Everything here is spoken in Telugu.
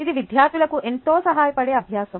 ఇది విద్యార్థులకు ఎంతో సహాయపడే అభ్యాసo